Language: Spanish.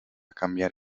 cambiar